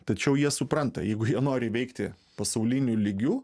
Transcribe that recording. tačiau jie supranta jeigu jie nori veikti pasauliniu lygiu